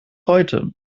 heute